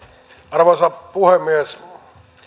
arvoisa puhemies